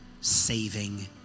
saving